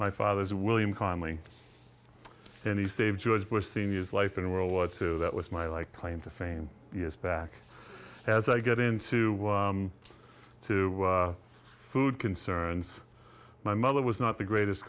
my father's william calmly and he saved george bush senior's life in world war two that was my like claim to fame years back as i get into to food concerns my mother was not the greatest